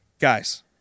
guys